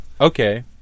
Okay